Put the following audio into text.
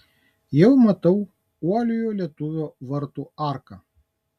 jau matau uoliojo lietuvio vartų arką